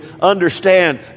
understand